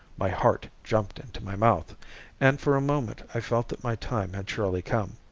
my heart jumped into my mouth and for a moment i felt that my time had surely come.